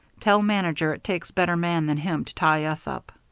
tell manager it takes better man than him to tie us up.